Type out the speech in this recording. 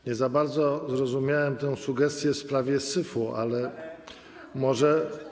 Nie za bardzo zrozumiałem tę sugestię w sprawie syfu, ale może.